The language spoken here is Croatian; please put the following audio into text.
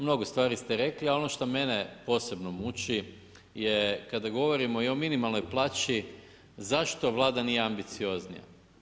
Mnogo stvari ste rekli, a ono što mene posebno muči je kada govorimo i o minimalnoj plaći, zašto Vlada nije ambicioznija?